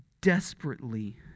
desperately